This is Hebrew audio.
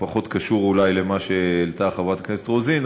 זה פחות קשור אולי למה שהעלתה חברת הכנסת רוזין,